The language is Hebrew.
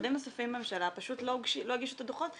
משרדים נוספים בממשלה פשוט לא הגישו את הדוחות,